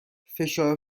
فشار